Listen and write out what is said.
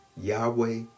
Yahweh